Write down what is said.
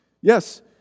Yes